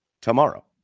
tomorrow